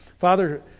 Father